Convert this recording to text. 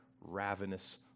ravenous